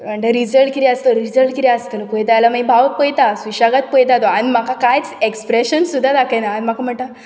आन the result कितें आसतलो रिजल्ट कितें आसतलो पळयता आल्या मागीर भाव पयता सुशेगात पळयता तो आन म्हाका कांयच एक्सप्रॅशन सुद्दां दाखयना आन म्हाका म्हणटा